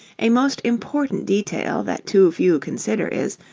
a most important detail that too few consider, is,